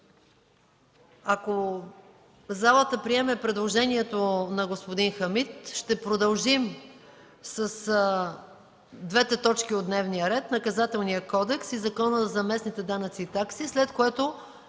Ако залата приеме предложението на господин Хамид, ще продължим с двете точки от дневния ред – ЗИД на Наказателния кодекс и ЗИД на Закона за местните данъци и такси, след което